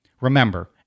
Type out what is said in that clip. Remember